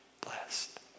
blessed